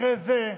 אחרי זה,